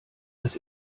das